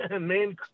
main